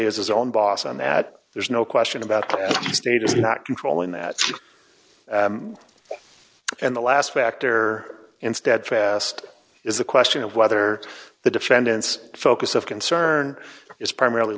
as his own boss on that there's no question about the state is not controlling that and the last factor in steadfast is the question of whether the defendant's focus of concern is primarily